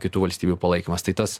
kitų valstybių palaikymas tai tas